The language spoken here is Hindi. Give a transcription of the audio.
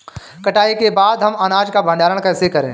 कटाई के बाद हम अनाज का भंडारण कैसे करें?